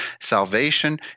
Salvation